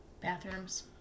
Bathrooms